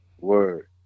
Word